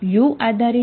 u આધારિત ચલ છે